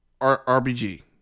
RBG